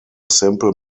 simple